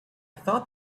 thought